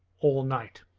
all night.